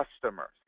customers